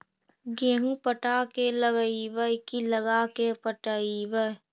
गेहूं पटा के लगइबै की लगा के पटइबै?